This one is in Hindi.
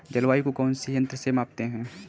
जलवायु को कौन से यंत्र से मापते हैं?